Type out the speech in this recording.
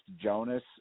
Jonas